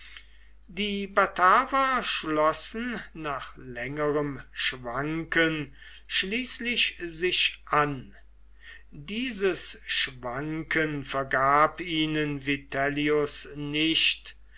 die bataver schlossen nach längerem schwanken schließlich sich an dieses schwanken vergab ihnen vitellius nicht